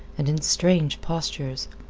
and in strange postures.